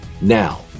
now